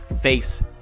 face